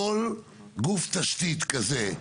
כל גוף תשתית כזה,